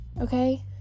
Okay